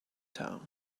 town